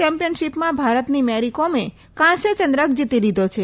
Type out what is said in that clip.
ચેમ્પિયશીપમાં ભારતની મેરીકોમે કાંસ્યચંદ્રક જીતી લીધો છે